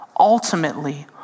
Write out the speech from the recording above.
Ultimately